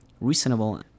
reasonable